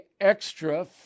extra